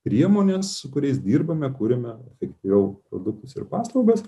priemones su kuriais dirbame kuriame taip toliau produktus ir paslaugas